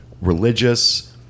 religious